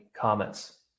comments